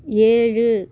ஏழு